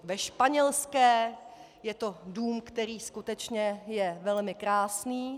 Ve Španělské je to dům, který skutečně je velmi krásný.